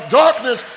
darkness